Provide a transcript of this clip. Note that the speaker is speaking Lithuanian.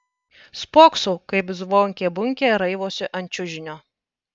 spoksau kaip zvonkė bunkė raivosi ant čiužinio